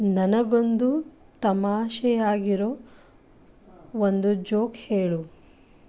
ನನಗೊಂದು ತಮಾಷೆಯಾಗಿರೋ ಒಂದು ಜೋಕ್ ಹೇಳು